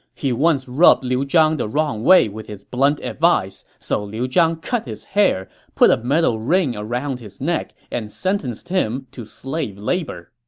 once rubbed liu zhang the wrong way with his blunt advice, so liu zhang cut his hair, put a metal ring around his neck, and sentenced him to slave labor.